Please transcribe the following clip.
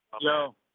Yo